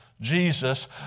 Jesus